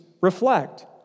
reflect